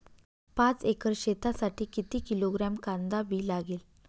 पाच एकर शेतासाठी किती किलोग्रॅम कांदा बी लागेल?